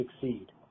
succeed